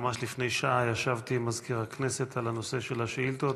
ממש לפני שעה ישבתי עם מזכיר הכנסת על הנושא של שאילתות.